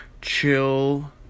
chill